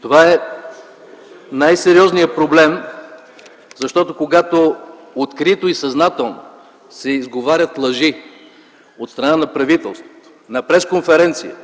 Това е най-сериозният проблем, защото когато открито и съзнателно се изговарят лъжи от страна на правителството на пресконференция,